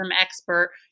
expert